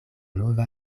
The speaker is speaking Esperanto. nova